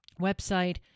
website